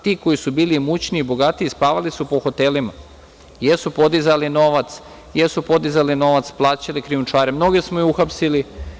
Ti koji su bili imućniji i bogatiji spavali su po hotelima, jesu podizali novac, plaćali krijumčare, mnoge smo i uhapsili.